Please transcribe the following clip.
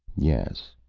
yes,